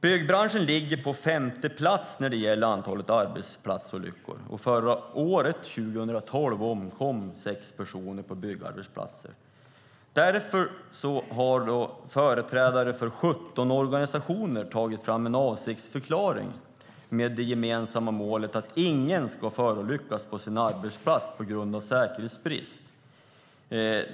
Byggbranschen ligger på femte plats när det gäller antalet arbetsplatsolyckor. Förra året, 2012, omkom 6 personer på byggarbetsplatser. Därför har företrädare för 17 organisationer tagit fram en avsiktsförklaring med det gemensamma målet att ingen ska förolyckas på sin arbetsplats på grund av säkerhetsbrist.